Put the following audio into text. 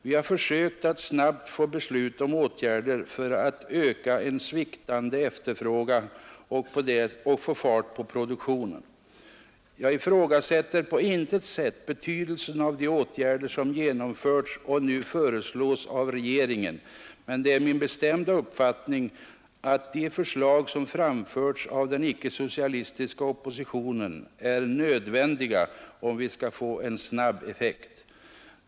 Vi har försökt att snabbt få beslut om åtgärder för att öka en sviktande efterfrågan och få fart på produktionen. Jag ifrågasätter på intet sätt betydelsen av de åtgärder som genomförts och nu föreslås av regeringen. Men det är min bestämda uppfattning att de förslag som framförts av den icke socialistiska oppositionen är nödvändiga om vi skall få en snabb effekt.